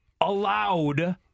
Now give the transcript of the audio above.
allowed